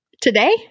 today